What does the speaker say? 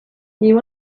you